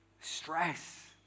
stress